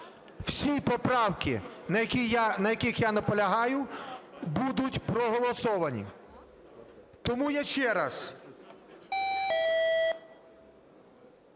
всі поправки, на яких я наполягаю, будуть проголосовані. Тому я ще раз,